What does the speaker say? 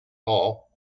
all